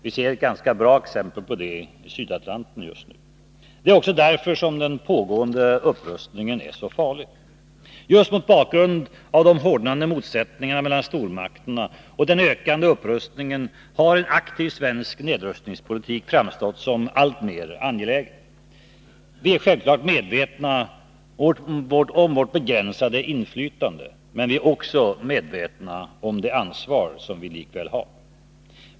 Vi ser ett ganska bra exempel på det i Sydatlanten just nu. Det är också därför den pågående upprustningen är så farlig. Just mot bakgrund av de hårdnande motsättningarna mellan stormakterna och den ökande upprustningen har en aktiv svensk nedrustningspolitik framstått som alltmer angelägen. Vi är självklart medvetna om vårt begränsade inflytande. Men vi är också medvetna om det ansvar som vi har.